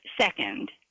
second